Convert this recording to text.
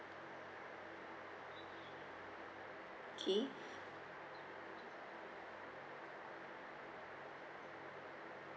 okay